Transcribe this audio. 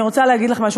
אני רוצה להגיד לך משהו,